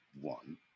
one